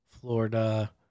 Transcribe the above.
Florida